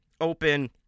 open